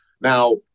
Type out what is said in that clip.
Now